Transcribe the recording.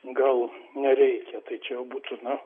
gal nereikia tai čia jau būtų na